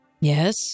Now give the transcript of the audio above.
Yes